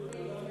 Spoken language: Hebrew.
על זה.